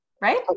Right